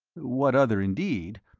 what other, indeed?